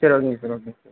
சரி ஓகேங்க sir okay sir